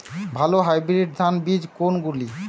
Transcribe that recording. ভালো হাইব্রিড ধান বীজ কোনগুলি?